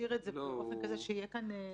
להשאיר את זה באופן כזה שיהיה כאן --- לא,